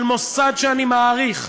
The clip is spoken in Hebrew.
של מוסד שאני מעריך,